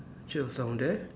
peaches down there